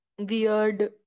weird